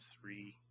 three